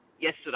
yesterday